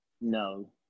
No